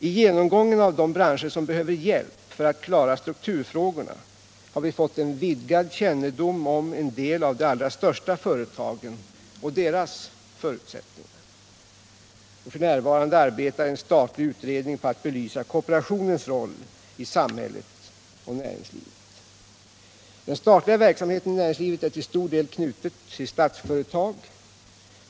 Vid genomgången av de branscher som behöver hjälp för att klara strukturfrågorna har vi fått en vidgad kännedom om de allra största företagen och deras förutsättningar, och f. n. arbetar en statlig utredning på att belysa kooperationens roll i samhället och näringslivet. Den statliga verksamheten i näringslivet är till stor del knuten till Statsföretag.